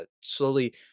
slowly